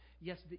yes